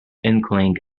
inkling